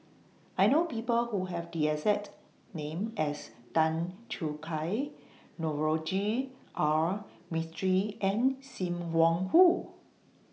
I know People Who Have The exact name as Tan Choo Kai Navroji R Mistri and SIM Wong Hoo